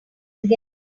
again